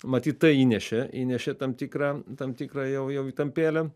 matyt tai įnešė įnešė tam tikrą tam tikrą jau jau įtampėlę